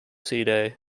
day